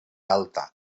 alta